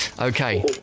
Okay